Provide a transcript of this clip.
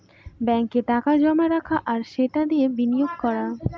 ব্যাঙ্কে টাকা জমা রাখা আর সেটা দিয়ে বিনিয়োগ করা